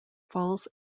falls